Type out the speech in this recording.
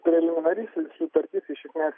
preliminari sutartis iš esmės